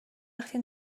وقتی